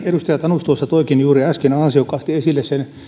edustaja tanus tuossa toikin juuri äsken ansiokkaasti esille sen